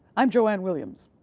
i'm joanne williams.